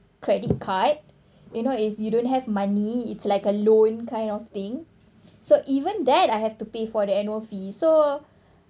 credit card you know if you don't have money it's like a loan kind of thing so even that I have to pay for the annual fee so